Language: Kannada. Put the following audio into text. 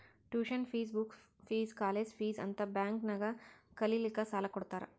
tuition fees, book fees, college fees ಅಂತ್ ಬ್ಯಾಂಕ್ ನಾಗ್ ಕಲಿಲ್ಲಾಕ್ಕ್ ಸಾಲಾ ಕೊಡ್ತಾರ್